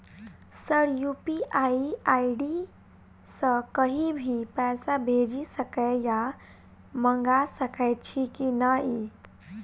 Sir UPI ID सँ कहि भी पैसा भेजि सकै या मंगा सकै छी की न ई?